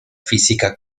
física